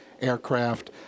aircraft